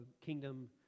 kingdom